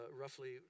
roughly